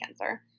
cancer